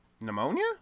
Pneumonia